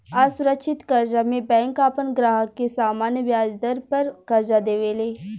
असुरक्षित कर्जा में बैंक आपन ग्राहक के सामान्य ब्याज दर पर कर्जा देवे ले